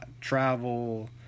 travel